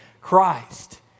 Christ